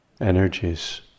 energies